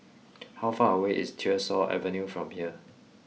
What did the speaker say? how far away is Tyersall Avenue from here